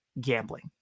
gambling